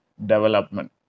development